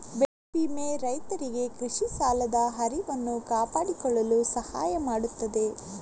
ಬೆಳೆ ವಿಮೆ ರೈತರಿಗೆ ಕೃಷಿ ಸಾಲದ ಹರಿವನ್ನು ಕಾಪಾಡಿಕೊಳ್ಳಲು ಸಹಾಯ ಮಾಡುತ್ತದೆ